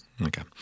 Okay